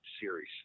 series